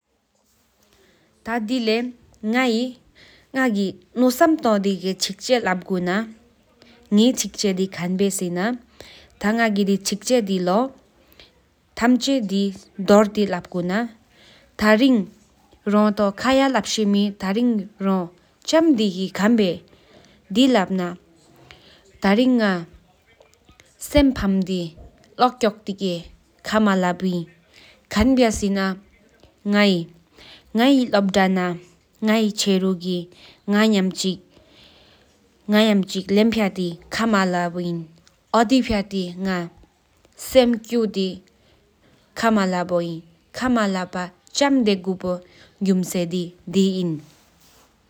ཐ་ང་གི་ནོསམ་སྟོང་དེ་གཅིག་ཆེ་ལབ་གུ་ན་ཐ་ཐིང་རོ་ཐ་ཁ་ཡ་ལབ་ཤེས་མེ་ཐ་རིང་རོ་ ཆམ་དེའི་ཁའང་བསྡེོ་། ཐ་རིང་ང་སེམས་ཕམ་དེ་ཁ་མ་ལ་པོ་ཨིན་ང་གི་ལོབ་ད་ན་ང་གི་ཆརུ་གི་ང་ངཡམ་ཅི་ཁ་མ་ལ་པོ་ཨིན་། ཨོ་དི་ཕོའོ་ང་ཁ་མ་ལ་པོ་དེ་བི་གུམ་ཆི་དེ་བེན་ཀྱང་།